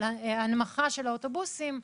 על הנמכה של האוטובוסים.